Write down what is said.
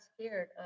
scared